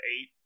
eight